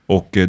Och